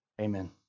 Amen